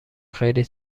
خیلی